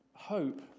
hope